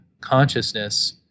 consciousness